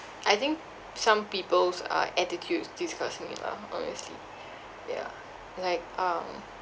I think some people's uh attitudes disgust me lah obviously yeah like um